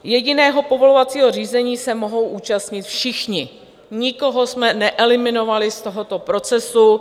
Jediného povolovacího řízení se mohou účastnit všichni, nikoho jsme neeliminovali z tohoto procesu.